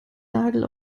nagel